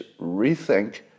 rethink